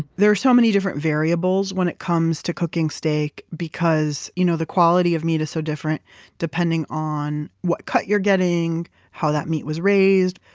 there are so many different variables when it comes to cooking steak because you know the quality of meat is so different depending on what cut you're getting, how that meat was raised,